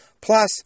Plus